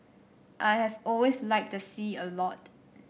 I have always liked the sea a lot